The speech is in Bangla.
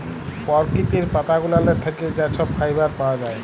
পরকিতির পাতা গুলালের থ্যাইকে যা ছব ফাইবার পাউয়া যায়